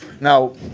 Now